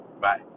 Bye